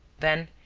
then,